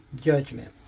Judgment